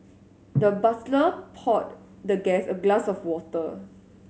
the butler poured the guest a glass of water